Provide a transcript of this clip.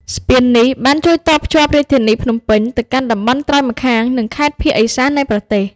ស្ពាននេះបានជួយតភ្ជាប់រាជធានីភ្នំពេញទៅកាន់តំបន់ត្រើយម្ខាង និងខេត្តភាគឦសាននៃប្រទេស។